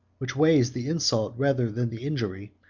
which weighs the insult rather than the injury,